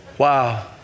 wow